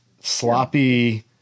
sloppy